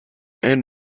end